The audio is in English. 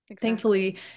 thankfully